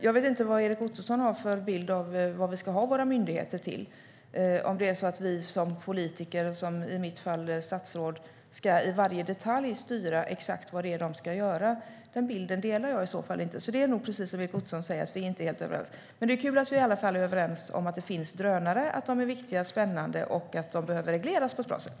Jag vet inte vad Erik Ottoson har för bild av vad vi ska ha våra myndigheter till. Ska vi som politiker och, i mitt fall, som statsråd i varje detalj styra exakt vad de ska göra? Den bilden delar jag i så fall inte. Det är nog precis som Erik Ottoson säger: Vi är inte helt överens. Men det är kul att vi i alla fall är överens om att det finns drönare, att de är viktiga och spännande och att de behöver regleras på ett bra sätt.